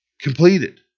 Completed